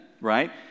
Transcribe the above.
right